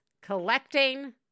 collecting